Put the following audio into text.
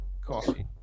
coffee